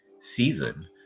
season